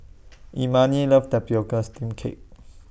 Imani loves The Cake